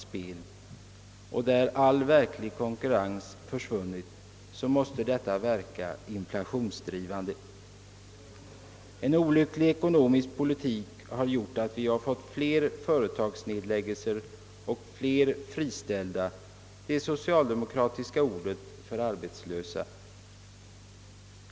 : spel och i vilken all verklig konkurrens försvunnit, måste detta verka inflationsdrivande. En olycklig ekonomisk politik: har medfört att vi fått fler företagsnedläggelser och fler »friställda» — det socialdemokratiska ordet för arbetslösa.